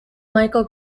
michael